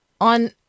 on